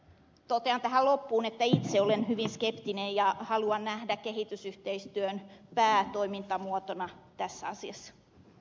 totean tähän loppuun että itse olen hyvin skeptinen ja haluan nähdä kehitysyhteistyön päätoimintamuotona tässä asiassa